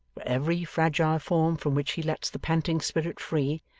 for every fragile form from which he lets the panting spirit free,